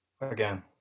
Again